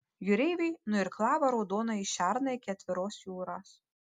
jūreiviai nuirklavo raudonąjį šerną iki atviros jūros